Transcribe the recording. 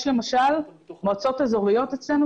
יש למשל מועצות אזוריות אצלנו,